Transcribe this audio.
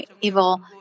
evil